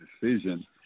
decision